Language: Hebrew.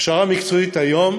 הכשרה מקצועית היום